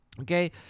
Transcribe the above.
Okay